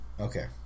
Okay